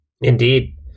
Indeed